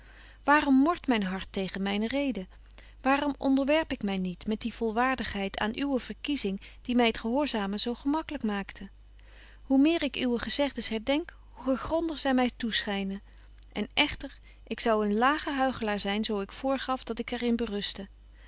waarom mort myn hart tegen myne reden waarom onderwerp ik my niet met die volvaardigheid aan uwe verkiezing die my het gehoorzamen betje wolff en aagje deken historie van mejuffrouw sara burgerhart zo gemaklyk maakte hoe meer ik uwe gezegdens herdenk hoe gegronder zy my toeschynen en echter ik zou een lage huichelaar zyn zo ik voorgaf dat ik er in berustte